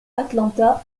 atlanta